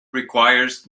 requires